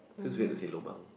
feels weird to say lobang